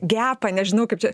gepą nežinau kaip čia